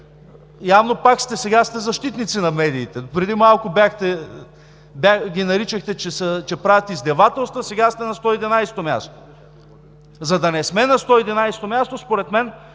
Явно сега сте защитници на медиите. Допреди малко ги наричахте, че правят издевателства, сега са на 111-о място. За да не сме на 111-о място, според мен,